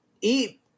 eat